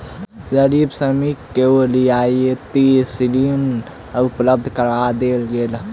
गरीब श्रमिक के रियायती ऋण उपलब्ध करा देल गेल